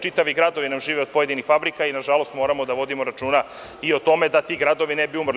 Čitavi gradovi nam žive od pojedinih fabrika i, nažalost, moramo da vodimo računa i o tome da ti gradovi ne bi umrli.